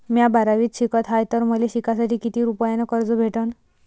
म्या बारावीत शिकत हाय तर मले शिकासाठी किती रुपयान कर्ज भेटन?